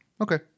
Okay